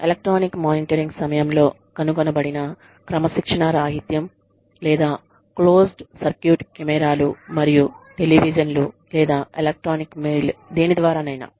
electronic monitoring సమయంలో కనుగొనబడిన క్రమశిక్షణ రాహిత్యం లేదా క్లోజ్డ్ సర్క్యూట్ కెమెరాలుమరియు టెలివిజన్లు లేదా ఎలక్ట్రానిక్ మెయిల్ దేని ద్వారానైనా